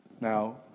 Now